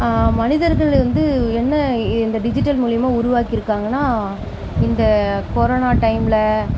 மனிதர்கள் வந்து என்ன இந்த டிஜிட்டல் மூலயமா உருவாக்கிருக்காங்கன்னா இந்த கொரோனா டைம்ல